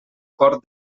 port